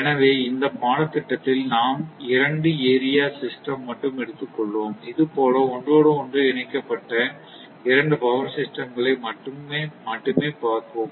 எனவே இந்த பாடத்திட்டத்தில் நாம் இரண்டு ஏரியா சிஸ்டம் மட்டும் எடுத்துக் கொள்வோம் இதுபோல ஒன்றோடொன்று இணைக்கப்பட்ட இரண்டு பவர் சிஸ்டம் களை மட்டுமே பார்ப்போம்